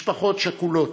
משפחות שכולות,